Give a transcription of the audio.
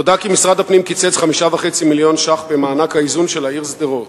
נודע כי משרד הפנים קיצץ 5.5 מיליון ש"ח במענק האיזון של העיר שדרות.